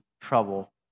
trouble